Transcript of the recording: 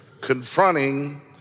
confronting